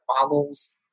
follows